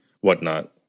Whatnot